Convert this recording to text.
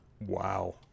wow